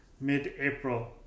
mid-April